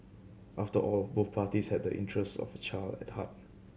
after all both parties have the interests of the child at heart